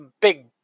big